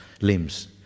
limbs